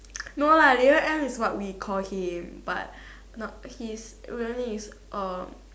no lah leader M is what we call him but not his real name is uh